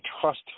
trust